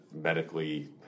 medically